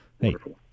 Wonderful